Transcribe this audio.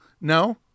No